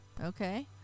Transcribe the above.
Okay